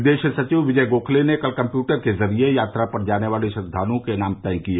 विदेश सचिव विजय गोखले ने कल कम्प्यूटर के जरिए यात्रा पर जाने वाले श्रद्दाल्ओं के नाम तय किए